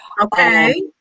Okay